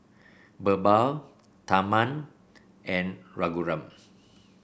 BirbaL Tharman and Raghuram